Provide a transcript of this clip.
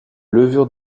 levure